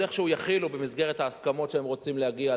איכשהו יכילו במסגרת ההסכמות שהם רוצים להגיע,